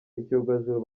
icyogajuru